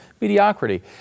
Mediocrity